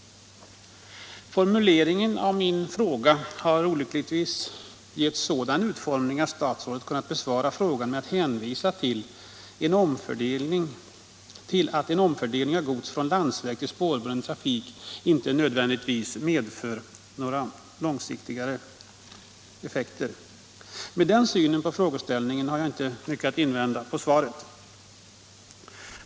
Min första fråga har olyckligtvis formulerats så att statsrådet kunnat besvara den med att hänvisa till att en omfördelning av gods från landsväg till spårbunden trafik inte nödvändigtvis medför några långsiktiga effekter. Med den synen på frågeställningen har jag inte mycket att invända mot svaret.